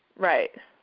right.